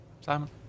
Simon